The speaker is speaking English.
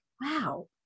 wow